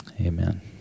Amen